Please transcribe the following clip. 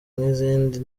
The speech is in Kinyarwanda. nk’izindi